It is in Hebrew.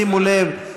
שימו לב,